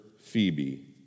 Phoebe